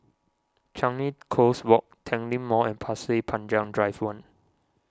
Changi Coast Walk Tanglin Mall and Pasir Panjang Drive one